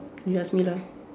you ask me lah